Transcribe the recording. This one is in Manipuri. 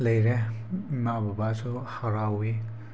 ꯂꯩꯔꯦ ꯏꯃꯥ ꯕꯕꯥꯁꯨ ꯍꯔꯥꯎꯏ